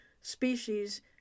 species